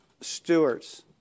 stewards